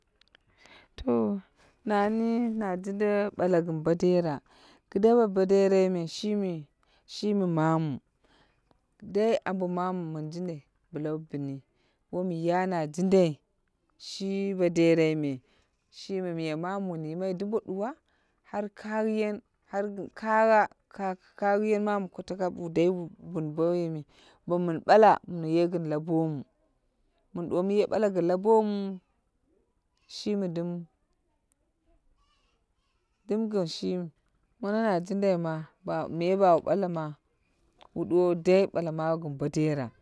To nani na jinda ɓala gin bodera. Ki da bodera me shimi, shimi mamu dai ambo mamu min jindai bla wu bini. Wom ya na jmindai shi bo derai me shimi miya mamu wun yimai dumbo ɗuwa kai kayiyan har kagha ka, ka yiyan mamu katakap dai wu bin bo woini. Bo mun bala mi ye gin labomu, min duwomu ye ɓalo gin labomu shimi dum, dum gin shimi mono na jindai ma miya bawu bala ma wu duwowu dai ɓala mawu gin bo dera.